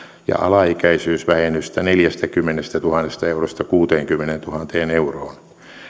ja alaikäisyysvähennystä neljästäkymmenestätuhannesta eurosta kuuteenkymmeneentuhanteen euroon